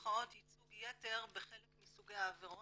במירכאות ייצוג יתר בחלק מסוגי העבירות.